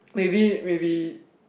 maybe maybe